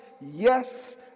yes